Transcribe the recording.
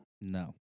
No